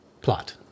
plot